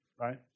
right